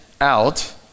out